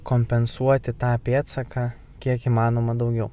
kompensuoti tą pėdsaką kiek įmanoma daugiau